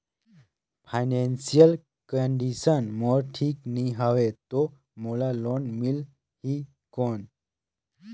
Financial condition मोर ठीक नी हवे तो मोला लोन मिल ही कौन??